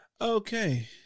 Okay